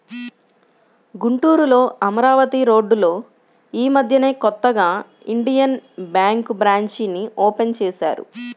గుంటూరులో అమరావతి రోడ్డులో యీ మద్దెనే కొత్తగా ఇండియన్ బ్యేంకు బ్రాంచీని ఓపెన్ చేశారు